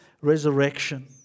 resurrection